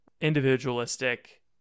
individualistic